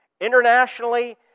Internationally